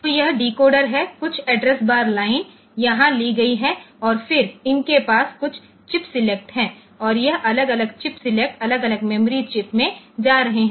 तो यह डिकोडर है कुछ एड्रेस बार लाइन यहाँ ली गई है और फिर इनके पास कई चिप सेलेक्ट हैं और यह अलग अलग चिप सेलेक्टअलग अलग मेमोरी चिप में जा रहे हैं